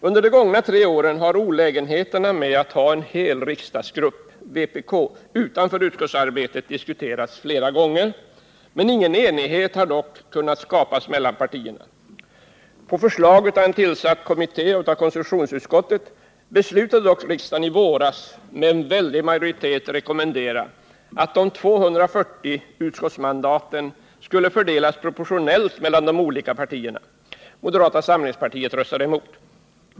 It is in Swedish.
Under de gångna tre åren har olägenheten med att ha en hel riksdagsgrupp — vpk — utanför utskottsarbetet diskuterats flera gånger, men ingen enighet har kunnat skapas mellan partierna. På förslag av en av konstitutionsutskottet tillsatt kommitté beslutade dock riksdagen i våras med en väldig majoritet att rekommendera att de 240 utskottsmandaten skulle fördelas proportionellt mellan de olika partierna. Moderata samlingspartiet röstade emot.